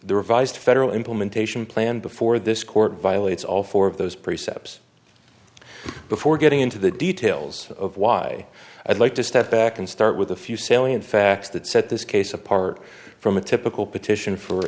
the revised federal implementation plan before this court violates all four of those precepts before getting into the details of why i'd like to step back and start with a few salient facts that set this case apart from a typical petition for